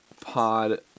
pod